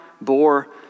bore